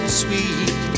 sweet